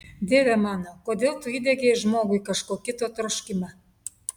dieve mano kodėl tu įdiegei žmogui kažko kito troškimą